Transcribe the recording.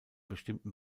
bestimmten